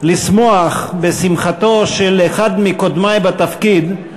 לשמוח בשמחתו של אחד מקודמי בתפקיד,